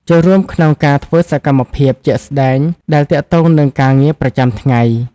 ចូលរួមក្នុងការធ្វើសកម្មភាពជាក់ស្តែងដែលទាក់ទងនឹងការងារប្រចាំថ្ងៃ។